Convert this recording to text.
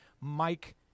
Mike